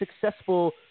successful